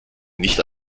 nicht